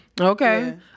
okay